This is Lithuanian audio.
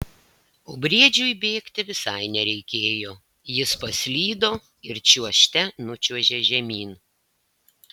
o briedžiui bėgti visai nereikėjo jis paslydo ir čiuožte nučiuožė žemyn